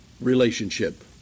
relationship